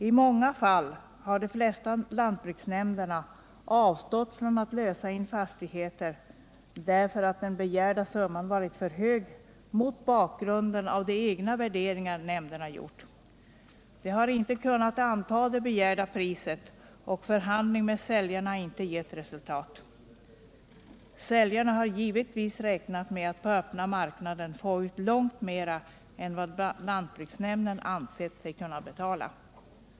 I många fall har de flesta lantbruksnämnderna avstått från att lösa in fastigheter, därför att den begärda summan varit för hög mot bakgrunden av de egna värderingar nämnderna gjort. De har inte kunnat anta det begärda priset och förhandling med säljarna har inte gett resultat. Säljarna har givetvis räknat med att på öppna marknaden få ut långt mera än vad lantbruksnämnden ansett sig kunna betala.